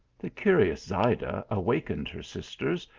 the curious zayda awakened her sisters,